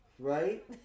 right